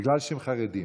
בגלל שהם חרדים.